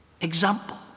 Example